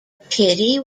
pity